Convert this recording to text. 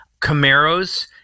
Camaros